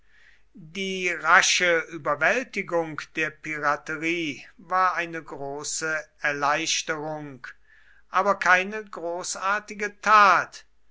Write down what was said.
die rasche überwältigung der piraterie war eine große erleichterung aber keine großartige tat